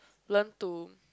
learn to